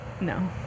No